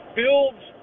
builds